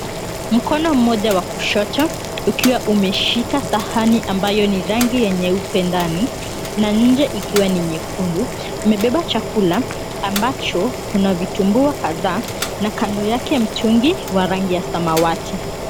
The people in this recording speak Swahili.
Mkono mmoja wa kushoto ukiwa umeshika sahani ambayo ni rangi ya nyeupe ndani na nje ikiwa ni nyekundu, imebeba chakula ambacho kuna vitumbua kadhaa na kando yake mtungi wa rangi ya samawati.